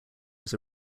was